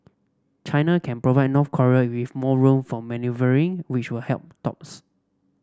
China can provide North Korea with more room for manoeuvring which will help dogs